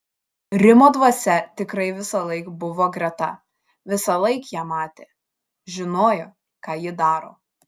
rimo dvasia tikrai visąlaik buvo greta visąlaik ją matė žinojo ką ji daro